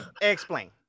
explain